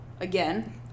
again